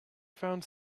found